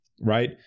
Right